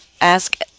Ask